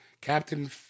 captain